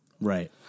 Right